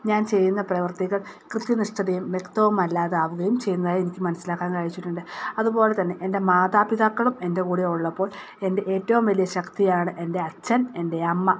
ഞാൻ ചെയ്യുന്ന പ്രവർത്തികൾ കൃത്യനിഷ്ഠതയും വ്യക്തവും അല്ലാതാവുകയും ചെയ്യുന്നതായി എനിക്ക് മനസ്സിലാക്കാൻ സാധിച്ചിട്ടുണ്ട് അതുപോലെ തന്നെ എന്റെ മാതാപിതാക്കളും എന്റെ കൂടെ ഉള്ളപ്പോൾ എന്റെ ഏറ്റവും വലിയ ശക്തിയാണ് എന്റെ അച്ഛൻ എന്റെ അമ്മ